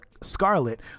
Scarlet